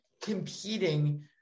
competing